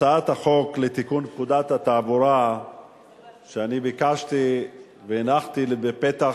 הצעת החוק לתיקון פקודת התעבורה שאני ביקשתי והנחתי לפתח